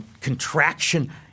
contraction